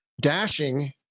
dashing